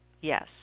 Yes